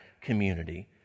community